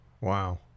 Wow